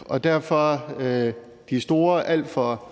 og derfor ligger de store og alt for